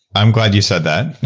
i'm glad you said that,